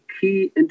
key